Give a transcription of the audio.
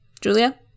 Julia